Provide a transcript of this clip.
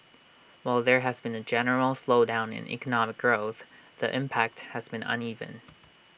while there has been A general slowdown in economic growth the impact has been uneven